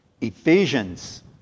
Ephesians